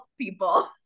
people